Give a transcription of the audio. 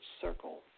circle